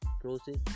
process